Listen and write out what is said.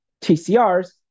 TCRs